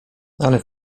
ale